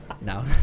now